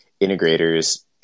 integrators